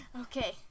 Okay